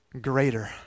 greater